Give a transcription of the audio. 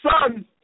son